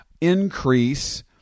increase